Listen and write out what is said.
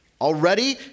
Already